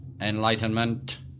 enlightenment